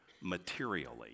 materially